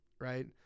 right